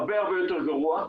הרבה הרבה יותר גרוע.